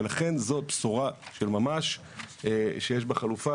ולכן זו בשורה של ממש שיש בחלופה,